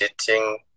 sitting